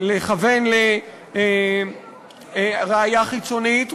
לכוון לראיה חיצונית,